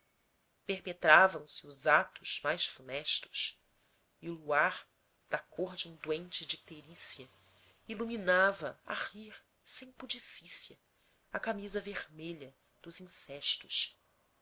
crimes perpetravam se os atos mais funestos e o luar da cor de um doente de icterícia iluminava a rir sem pudicícia a camisa vermelha dos incestos